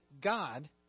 God